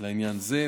לעניין זה.